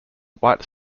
white